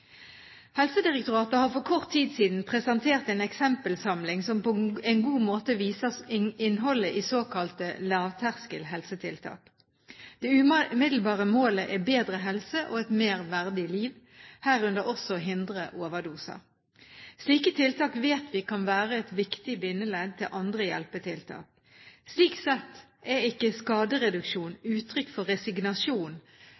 Helsedirektoratet har for kort tid siden presentert en eksempelsamling som på en god måte viser innholdet i såkalte lavterskel helsetiltak. Det umiddelbare målet er bedre helse og et mer verdig liv, herunder også å hindre overdoser. Slike tiltak vet vi kan være et viktig bindeledd til andre hjelpetiltak. Slik sett er ikke